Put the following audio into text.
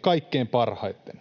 kaikkein parhaiten.